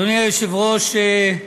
אדוני היושב-ראש, השרים,